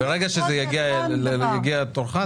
כשיגיע תורך,